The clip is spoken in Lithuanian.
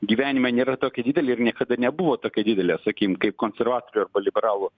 gyvenime nėra tokia didelė ir niekada nebuvo tokia didelė sakykim kaip konservatorių arba liberalų